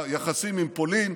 והיחסים עם פולין,